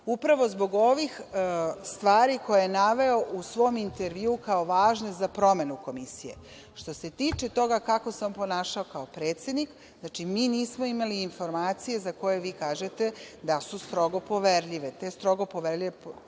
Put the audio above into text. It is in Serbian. upravo zbog ovih stvari koje je naveo u svom intervju kao važne za promenu Komisije. Što se tiče toga kako se on ponašao kao predsednik, znači, mi nismo imali informacije za koje vi kažete da su strogo poverljive.